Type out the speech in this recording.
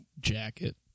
jacket